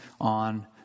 on